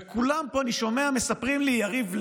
וכולם פה, אני שומע שמספרים לי, יריב לוין,